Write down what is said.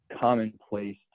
commonplace